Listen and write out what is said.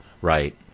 right